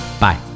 Bye